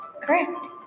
correct